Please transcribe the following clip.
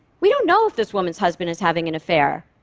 we don't know if this woman's husband is having an affair,